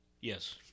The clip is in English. Yes